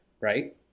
right